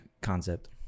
concept